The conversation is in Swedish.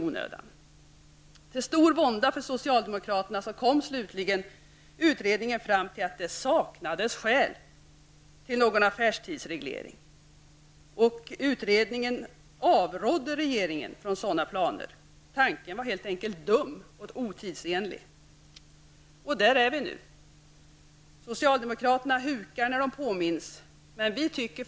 Det var med stor vånda som socialdemokraterna konstaterade att utredningen slutligen slog fast att det saknades skäl för en affärstidsreglering. Utredningen avrådde regeringen från sådana planer. Tanken var helt enkelt dum och otidsenlig, menade man. Och där är vi nu. Socialdemokraterna hukar när de påminns om dessa saker.